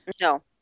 No